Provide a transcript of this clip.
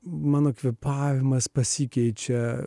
mano kvėpavimas pasikeičia